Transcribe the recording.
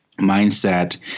mindset